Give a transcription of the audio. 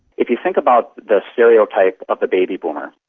if you think about the stereotype of the baby boomer,